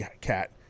cat